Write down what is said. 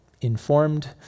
informed